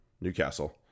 Newcastle